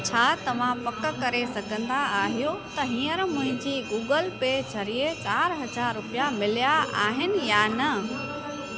छा तव्हां पक करे सघंदा आहियो त हीअंर मुंहिंजी गूगल पे ज़रिए चारि हज़ार रुपिया मिलिया आहिनि या न